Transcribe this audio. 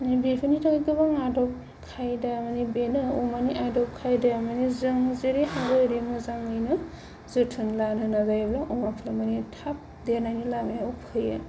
माने बेफोरनि थाखाय गोबां आदब खायदा मानि बेनो अमानि आदब खायदाया माने जों जेरै हायो एरै मोजाङैनो जोथोन लानो नाजायोब्ला अमाफ्राबो थाब देरनायनि लामायाव फैयो